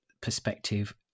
perspective